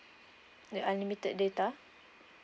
the unlimited data